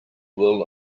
will